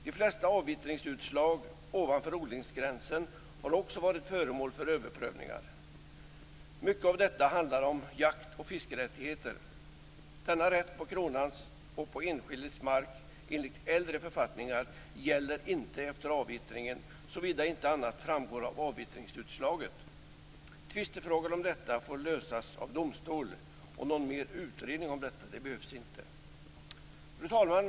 De flesta avvittringsutslag ovanför odlingsgränsen har också varit föremål för överprövningar. Mycket av detta handlar om jakt och fiskerättigheter. Denna rätt på kronans och på enskilds mark gäller enligt äldre författningar inte efter avvittringen, såvida inte annat framgår av avvittringsutslaget. Tvistefrågor om detta får lösas av domstol. Någon mer utredning om detta behövs inte. Fru talman!